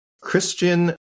christian